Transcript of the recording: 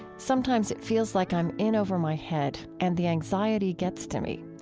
sometimes it feels like i'm in over my head and the anxiety gets to me.